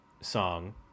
song